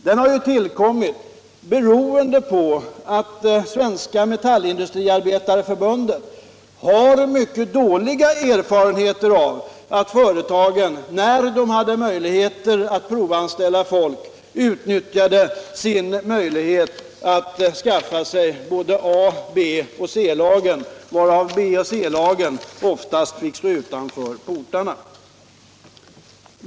Den har tillkommit beroende på att Svenska metallindustriarbetareförbundet har mycket dåliga erfarenheter av att företagen när de kunde provanställa folk utnyttjade möjligheten att skaffa sig både ett A-lag, B-lag och C-lag, varvid B och C-lagen oftast fick stå utanför portarna.